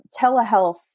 telehealth